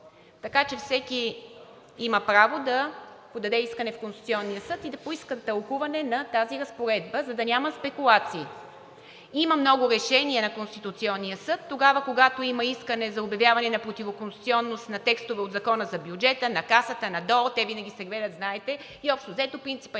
така че всеки има право да подаде искане в Конституционния съд и да поиска тълкуване на тази разпоредба, за да няма спекулации. Има много решения на Конституционния съд – тогава, когато има искане за обявяване на противоконституционност на текстове от Закона за бюджета, на Касата, на ДОО, те винаги се гледат и знаете, че общо взето принципът